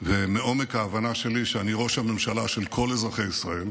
ומעומק ההבנה שלי שאני ראש הממשלה של כל אזרחי ישראל.